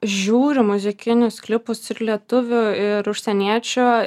žiūriu muzikinius klipus ir lietuvių ir užsieniečių